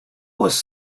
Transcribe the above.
was